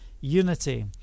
unity